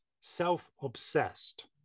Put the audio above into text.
self-obsessed